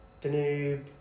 Danube